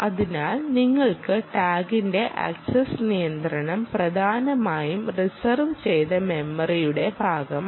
അതിനാൽ നിങ്ങൾക്ക് ടാഗിന്റെ ആക്സസ് നിയന്ത്രണം പ്രധാനമായും റിസർവ് ചെയ്ത മെമ്മറിയുടെ ഭാഗമാണ്